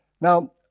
Now